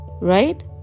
Right